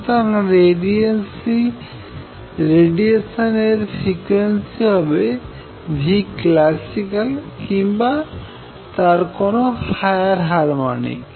সুতরাং রেডিয়েশন এর ফ্রিকোয়েন্সি হলো classical কিংবা তার কোনো হায়ার হার্মনিক